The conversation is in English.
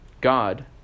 God